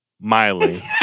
Miley